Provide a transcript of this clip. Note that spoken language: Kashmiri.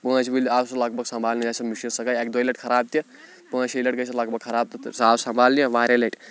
پانٛژِ وٕلۍ آو سُہ لگ بگ سَمبھالنہِ آیہِ سۄ مِشیٖن سۄ گٔیے اَکہِ دۄیہِ لَٹہِ خراب تہِ پانٛژھ شیٚیہِ لَٹہِ گٔیے سۄ لگ بگ خراب تہٕ سُہ آو سمبالنہِ واریاہ لَٹہِ